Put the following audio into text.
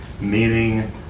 meaning